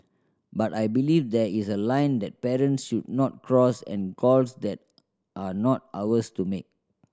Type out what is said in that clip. but I believe there is a line that parents should not cross and calls that are not ours to make